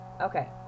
Okay